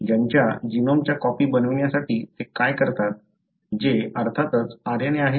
त्यांच्या जीनोमच्या कॉपी बनवण्यासाठी ते काय करतात जे अर्थातच RNA आहे